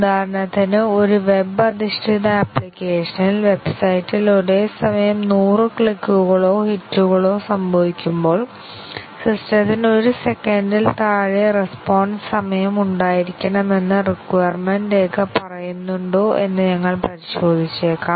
ഉദാഹരണത്തിന് ഒരു വെബ് അധിഷ്ഠിത ആപ്ലിക്കേഷനിൽ വെബ്സൈറ്റിൽ ഒരേസമയം 100 ക്ലിക്കുകളോ ഹിറ്റുകളോ സംഭവിക്കുമ്പോൾ സിസ്റ്റത്തിന് ഒരു സെക്കൻഡിൽ താഴെ റെസ്പോൺസ് സമയം ഉണ്ടായിരിക്കണമെന്ന് റിക്വയർമെന്റ് രേഖ പറയുന്നുണ്ടോ എന്ന് ഞങ്ങൾ പരിശോധിച്ചേക്കാം